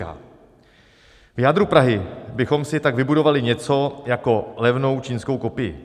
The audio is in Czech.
V jádru Prahy bychom si tak vybudovali něco jako levnou čínskou kopii.